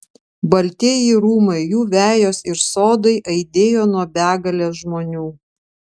baltieji rūmai jų vejos ir sodai aidėjo nuo begalės žmonių